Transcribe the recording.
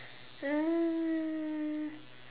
uh